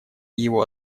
его